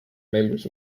members